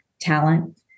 talent